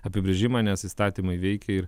apibrėžimą nes įstatymai veikia ir